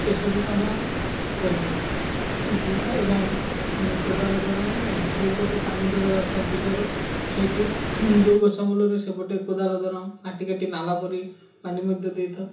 ଏସବୁ କାମ କରିଥାଉ ଏବଂ କୋଦାଳ ଦ୍ୱାରା ଯେଉଁ ପଟେ ପାଣି ଦେବା ଦରକାର ବିଲର ସେଇଠି ଯେଉଁ ଗଛ ମୂଳରେ ସେପଟେ କୋଦାଳ ଦ୍ୱାରା ମାଟି କାଟି ନାଳ କରି ପାଣି ମଧ୍ୟ ଦେଇଥାଉ